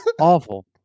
awful